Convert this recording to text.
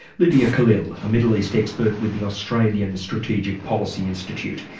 lydia khalil, a middle east expert with the australian strategic policy institute.